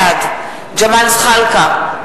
בעד ג'מאל זחאלקה,